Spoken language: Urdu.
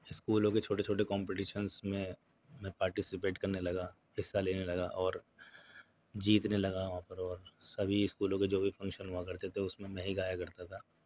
اسکولوں کے چھوٹے چھوٹے کومپٹیشنس میں میں پارٹیسیپیٹ کرنے لگا حصہ لینے لگا اور جیتنے لگا وہاں پر اور سبھی اسکولوں کے جو بھی فنکشن ہوا کرتے تھے اس میں ہی گایا کرتا تھا